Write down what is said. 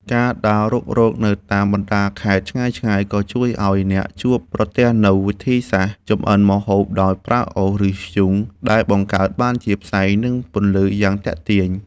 ការដើររុករកនៅតាមបណ្ដាខេត្តឆ្ងាយៗ ក៏ជួយឱ្យអ្នកជួបប្រទះនូវវិធីសាស្ត្រចម្អិនម្ហូបដោយប្រើអុស ឬធ្យូង ដែលបង្កើតបានជាផ្សែង និងពន្លឺយ៉ាងទាក់ទាញ។